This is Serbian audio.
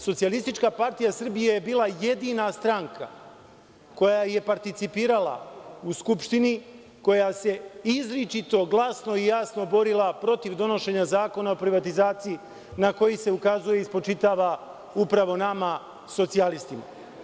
Socijalistička partija Srbije je bila jedina stranka koja je participirala u Skupštini, koja se izričito, jasno i glasno borila protiv donošenja Zakona o privatizaciji, na koji se ukazuje i spočitava upravo nama socijalistima.